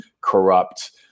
corrupt